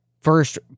first